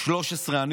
ערוץ 13, אני